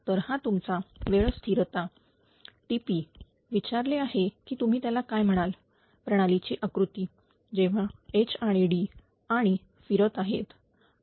तर हा तुमचा वेळ स्थिरता TP विचारले आहे की तुम्ही त्याला काय म्हणाल प्रणालीची आकृती जेव्हा H आणि D आणि फिरत आहेत